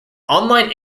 online